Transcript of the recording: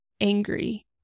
angry